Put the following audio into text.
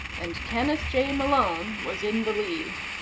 and kenneth j. malone was in the lead.